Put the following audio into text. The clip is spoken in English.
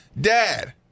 Dad